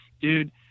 dude